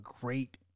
great